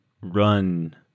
run